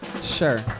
Sure